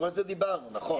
כל זה דיברנו, נכון.